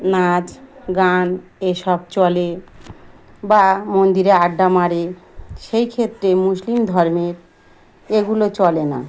নাচ গান এসব চলে বা মন্দিরে আড্ডা মারে সেই ক্ষেত্রে মুসলিম ধর্মের এগুলো চলে না